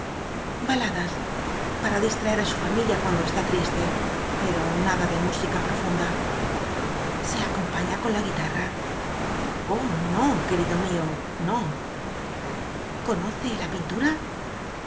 baladas para distraer i su familia cuando est t triste pero nada de música profunda se acompaiía con la guitarra juerido mio no oh no c conoce la pintura